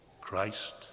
Christ